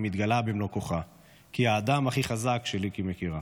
מתגלה במלוא כוחה כי היא האדם הכי חזק שליקי מכירה